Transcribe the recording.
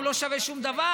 הוא לא שווה שום דבר,